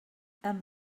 and